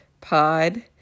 pod